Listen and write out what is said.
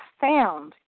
found